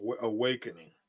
awakening